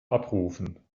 abrufen